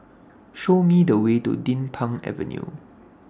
Show Me The Way to Din Pang Avenue